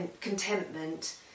contentment